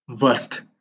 Worst